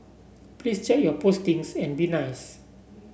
please check your postings and be nice